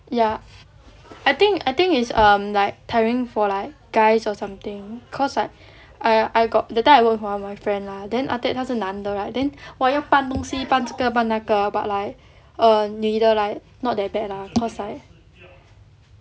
ya I think I think is um like tiring for like guys or something cause I I I got that time I work with my friend lah then after that 他是男的 right then !wah! 要搬东西搬这个搬那个 but like err 女的 like not that bad lah I was like